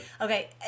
Okay